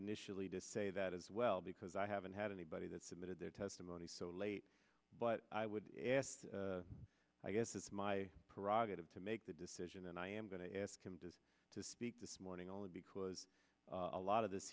initially to say that as well because i haven't had anybody that submitted their testimony so late but i would ask i guess it's my parag of to make the decision and i am going to ask him to to speak this morning all because a lot of this